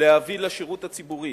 להביא לשירות הציבורי